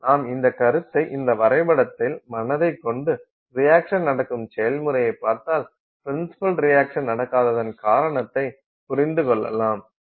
நாம் இந்த கருத்தை இந்த வரைபடத்தை மனதில் கொண்டு ரியாக்சன் நடக்கும் செயல்முறையைப் பார்த்தால் ப்ரின்சிபல் ரியாக்சன் நடக்காததன் காரணத்தை புரிந்து கொள்ளலாம்